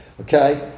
okay